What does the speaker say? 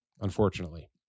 unfortunately